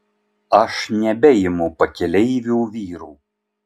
aš nebeimu pakeleivių vyrų